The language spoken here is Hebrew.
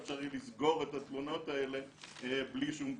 פשר יהיה לסגור את התלונות האלה בלי שום בירור.